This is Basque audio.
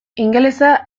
ingelesa